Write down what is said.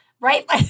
right